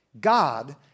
God